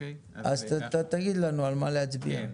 אז תגיד לנו על מה להצביע.